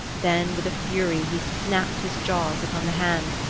then with fury he snapped his jaws upon the hand,